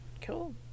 cool